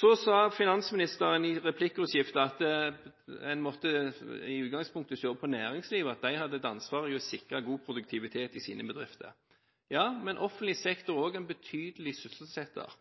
Så sa finansministeren i replikkordskiftet at en i utgangspunktet måtte se på næringslivet, og at de har et ansvar for å sikre god produktivitet i sine bedrifter. Ja, men offentlig sektor er òg en betydelig sysselsetter.